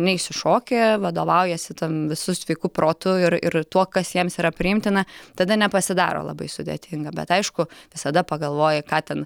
neišsišoki vadovaujiesi ten visu sveiku protu ir ir tuo kas jiems yra priimtina tada nepasidaro labai sudėtinga bet aišku visada pagalvoji ką ten